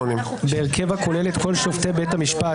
- בהרכב הכולל את כל שופטי בית המשפט,